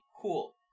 cool